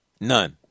None